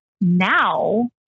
now